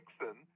Nixon